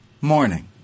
morning